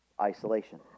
isolation